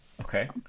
okay